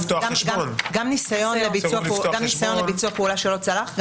מדווחים גם על ניסיון לביצוע פעולה שלא צלח.